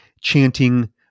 chanting